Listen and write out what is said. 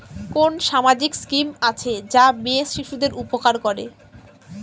কোন সামাজিক স্কিম আছে যা মেয়ে শিশুদের উপকার করে?